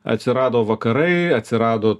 atsirado vakarai atsirado